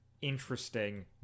interesting